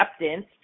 acceptance